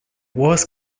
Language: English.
was